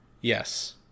Yes